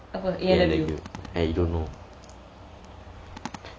A&W I don't know